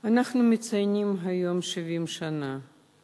אנחנו מציינים היום 70 שנה